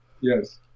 Yes